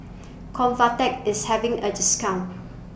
Convatec IS having A discount